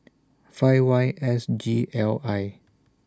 five Y S G L I